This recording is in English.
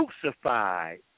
crucified